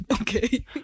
okay